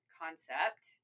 concept